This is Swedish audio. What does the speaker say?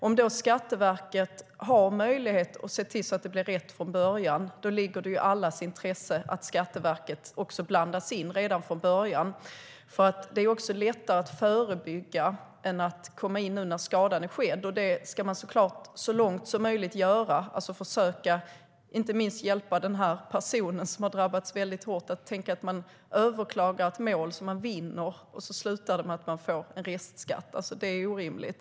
Om då Skatteverket har möjlighet att se till att det blir rätt från början ligger det i allas intresse att Skatteverket också blandas in redan från början. Det är lättare att förebygga än att komma in när skadan är skedd, och därför ska man såklart så långt som möjligt arbeta förebyggande. Inte minst gäller det att försöka hjälpa de personer som drabbats väldigt hårt. Man överklagar ett mål och vinner, och så slutar det med att man får restskatt. Det är orimligt.